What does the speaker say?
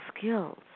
skills